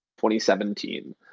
2017